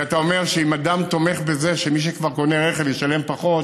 אתה אומר שאם אדם תומך בזה שמי שכבר קונה רכב ישלם פחות,